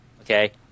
Okay